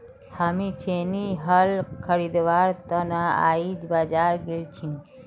हामी छेनी हल खरीदवार त न आइज बाजार गेल छिनु